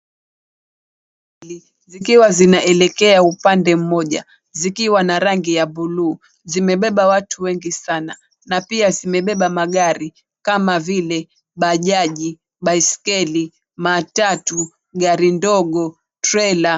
Feri mbili zikiwa zinaelekea upande mmoja zikiwa na rangi ya blue zikiwa zimebeba watu wengi sana na pia zimebeba magari kama vile bajaji, baiskeli, matatu, gari ndogo, trailer .